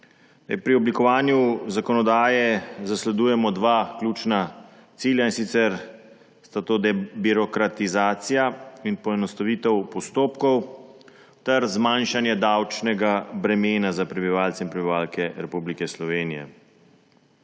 Pri oblikovanju zakonodaje zasledujemo dva ključna cilja, in sicer sta to debirokratizacija in poenostavitev postopkov ter zmanjšanje davčnega bremena za prebivalce in prebivalke Republike Slovenije.